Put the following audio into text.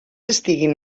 estiguin